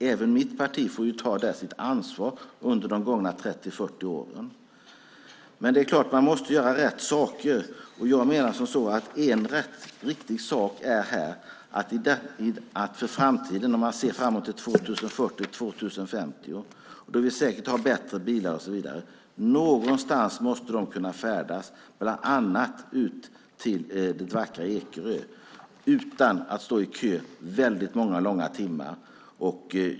Även mitt parti får där ta sitt ansvar för de gångna 30-40 åren. Men det är klart att man måste göra rätt saker. Och jag menar att det finns en riktig sak inför framtiden. Man kan se framåt till 2040-2050, då vi säkert har bättre bilar och så vidare. Någonstans måste de kunna färdas. De måste bland annat kunna färdas ut till det vackra Ekerö utan att stå i kö i väldigt många timmar.